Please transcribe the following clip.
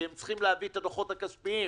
כי הם צריכים להביא את הדוחות הכספיים,